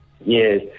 Yes